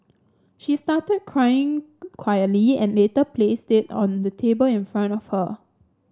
she started crying quietly and later placed it on the table in front of her